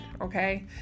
okay